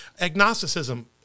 Agnosticism